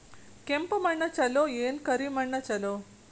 ಕೆಂಪ ಮಣ್ಣ ಛಲೋ ಏನ್ ಕರಿ ಮಣ್ಣ ಛಲೋ?